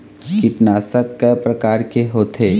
कीटनाशक कय प्रकार के होथे?